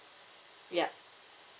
yup